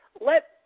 let